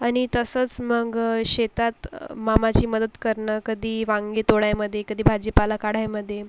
आणि तसंच मग शेतात मामाची मदत करणं कधी वांगी तोडायमध्ये कधी भाजीपाला काढायमध्ये